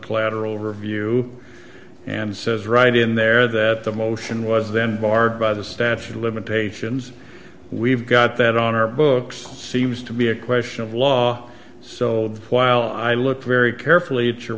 collateral review and says right in there that the motion was then barred by the statute of limitations we've got that on our books seems to be a question of law so while i looked very carefully at your